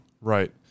Right